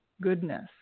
goodness